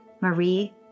Marie